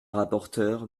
rapporteure